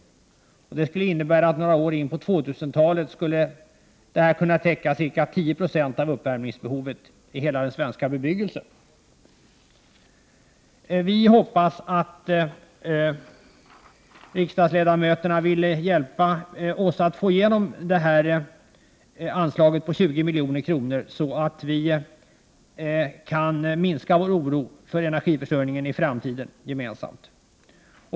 Det innebär att 10 26 av uppvärmningsbehovet i hela den svenska bebyggelsen skulle kunna täckas några år in på 2000-talet. Vi hoppas i miljöpartiet att riksdagsledamöterna vill hjälpa oss att få igenom anslaget på 20 milj.kr., så att vi gemensamt kan minska oron för energiförsörjningen i framtiden.